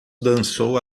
dançou